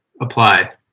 apply